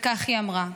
וכך היא אמרה: